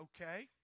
okay